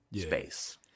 space